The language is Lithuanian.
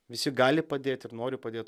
visi gali padėt ir nori padėt